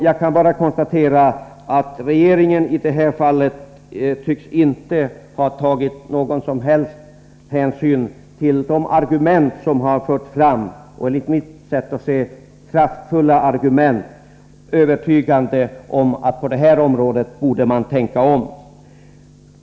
Jag kan bara konstatera att regeringen i detta fall inte tycks ha tagit någon som helst hänsyn till de — enligt mitt sätt att se — övertygande och kraftfulla argument som har förts fram om att man på detta område borde tänka om.